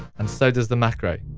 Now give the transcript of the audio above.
and so does the macro.